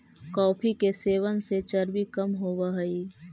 coffee के सेवन से चर्बी कम होब हई